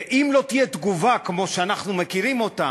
ואם לא תהיה תגובה, כמו שאנחנו מכירים אותה,